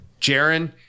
Jaron